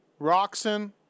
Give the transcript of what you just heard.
Roxon